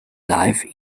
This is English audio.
life